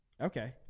okay